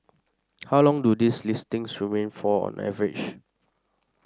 how long do these listings remain for on average